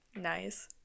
Nice